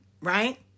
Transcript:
right